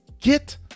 get